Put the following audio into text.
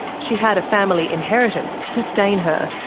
she had a family inheritance to sustain her,